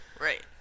Right